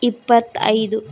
ಇಪ್ಪತ್ತೈದು